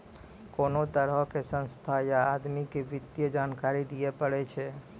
कोनो तरहो के संस्था या आदमी के वित्तीय जानकारी दियै पड़ै छै